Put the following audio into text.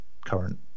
current